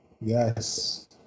Yes